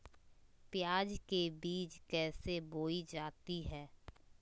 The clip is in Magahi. प्याज के बीज कैसे बोई जाती हैं?